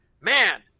man